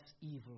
evil